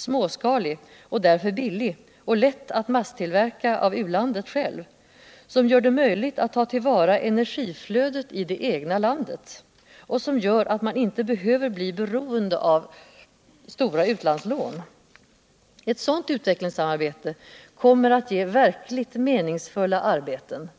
småskalig och därför billig och lätt utt masstillverka av u-landet självt, en teknik som gör det möjligt att ta till vara energillödet i det egna landet. och som gör att man inte behöver bli beroende av störa utlandslån. Ett sådant utvecklingssamurbete kommer att ge verkligt meningsfulla arbeten: